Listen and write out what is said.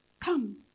Come